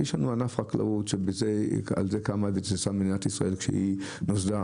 יש לנו ענף חקלאות שעל זה קמה והתבססה מדינת ישראל כשהיא נוסדה